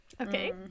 Okay